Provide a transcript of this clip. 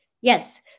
Yes